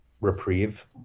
reprieve